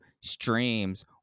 streams